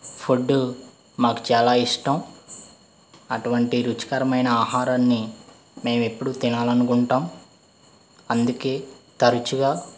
food మాకు చాలా ఇష్టం అటువంటి రుచికరమైన ఆహారాన్ని మేము ఎప్పుడు తినాలి అనుకుంటాం అందుకని తరచుగా